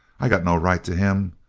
i got no right to him.